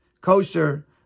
kosher